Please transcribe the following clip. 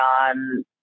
on